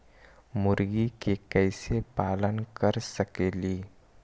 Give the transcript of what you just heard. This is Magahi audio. मुर्गि के कैसे पालन कर सकेली?